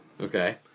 Okay